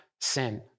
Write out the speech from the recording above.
sin